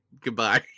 Goodbye